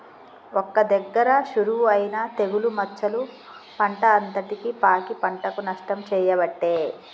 ఒక్క దగ్గర షురువు అయినా తెగులు మచ్చలు పంట అంతటికి పాకి పంటకు నష్టం చేయబట్టే